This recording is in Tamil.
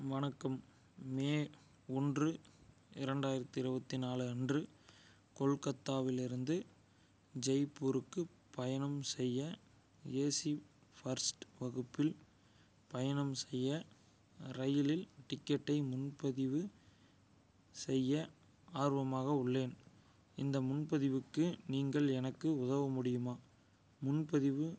வணக்கம் மே ஒன்று இரண்டாயிரத்தி இருபத்தி நாலு அன்று கொல்கத்தாவிலிருந்து ஜெய்ப்பூருக்கு பயணம் செய்ய ஏசி ஃபர்ஸ்ட் வகுப்பில் பயணம் செய்ய ரயிலில் டிக்கெட்டை முன்பதிவு செய்ய ஆர்வமாக உள்ளேன் இந்த முன்பதிவுக்கு நீங்கள் எனக்கு உதவ முடியுமா முன்பதிவு